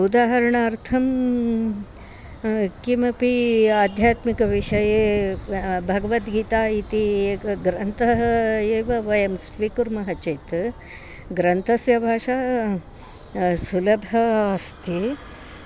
उदाहरणार्थं किमपि आध्यात्मिकविषये भगवद्गीता इति एकः ग्रन्थः एव वयं स्वीकुर्मः चेत् ग्रन्थस्य भाषा सुलभा अस्ति